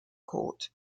court